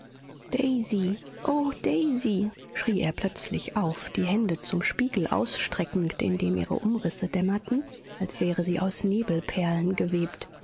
daisy schrie er plötzlich auf die hände zum spiegel ausstreckend in dem ihre umrisse dämmerten als wären sie aus nebelperlen gewebt